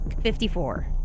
Fifty-four